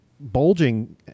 bulging